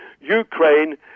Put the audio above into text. Ukraine